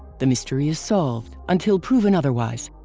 the mystery is solved, until proven otherwise.